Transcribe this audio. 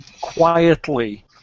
quietly